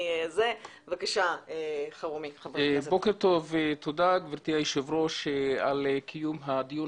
בוקר טוב ותודה גברתי היושב ראש על קיום הדיון